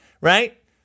right